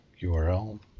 URL